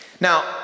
Now